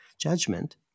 judgment